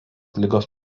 ligos